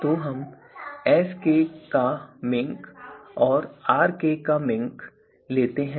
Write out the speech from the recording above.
तो हम Sk का मिंक और Rk का मिंक लेते हैं